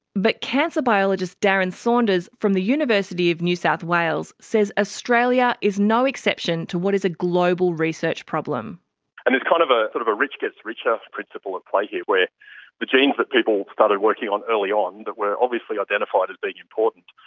but cancer biologist darren saunders from the university of new south wales says australia is no exception to what is a global research problem. and there's kind of ah sort of a rich gets richer principle at play here where the genes that people started working on early on that were obviously identified as being important,